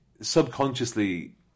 subconsciously